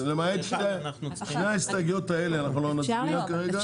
למעט שתי ההסתייגויות האלה, אנחנו לא נצביע כרגע.